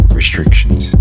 Restrictions